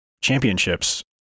championships